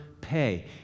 pay